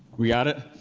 we got it?